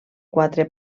quatre